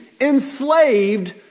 enslaved